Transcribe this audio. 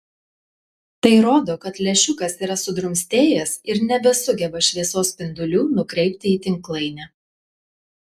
tai rodo kad lęšiukas yra sudrumstėjęs ir nebesugeba šviesos spindulių nukreipti į tinklainę